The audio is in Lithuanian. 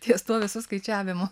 ties tuo visu skaičiavimu